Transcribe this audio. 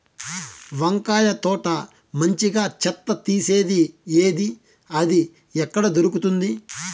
వంకాయ తోట మంచిగా చెత్త తీసేది ఏది? అది ఎక్కడ దొరుకుతుంది?